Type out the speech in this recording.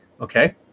okay